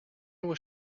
was